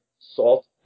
salt